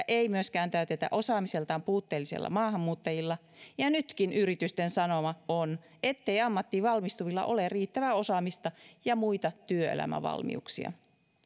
ei myöskään täytetä osaamiseltaan puutteellisilla maahanmuuttajilla ja nytkin yritysten sanoma on ettei ammattiin valmistuvilla ole riittävää osaamista ja muita työelämävalmiuksia